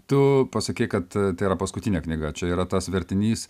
tu pasakei kad tai yra paskutinė knyga čia yra tas vertinys